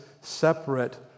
separate